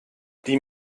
die